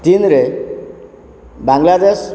ତିନିରେ ବାଂଲାଦେଶ